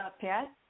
Pat